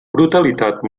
brutalitat